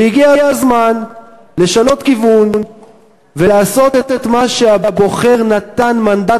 הגיע הזמן לשנות כיוון ולעשות מה שהבוחר נתן מנדט